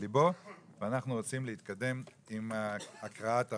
ליבו ואנחנו רוצים להתקדם עם הקראת החוק.